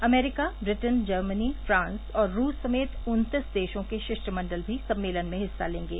अमरीका Britain Germany France और रूस समेत उन्तीस देशों के शिष्टमंडल भी सम्मेलन में हिस्सा लेंगे